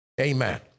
Amen